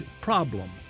problem